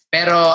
Pero